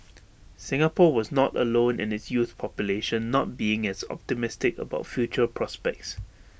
Singapore was not alone in its youth population not being as optimistic about future prospects